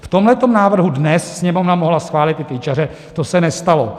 V tomhle návrhu dnes Sněmovna mohla schválit ty ičaře, to se nestalo.